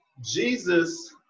Jesus